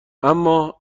اما